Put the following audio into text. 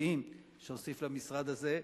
החברתיים שהוסיף למשרד הזה,